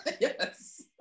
Yes